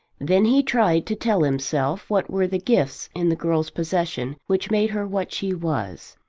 then he tried to tell himself what were the gifts in the girl's possession which made her what she was,